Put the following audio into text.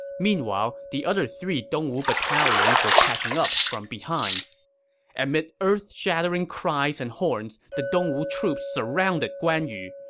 meanwhile, the other three dongwu battalions were catching up from behind amid earth-shattering cries and horns, the dongwu troops surrounded guan yu.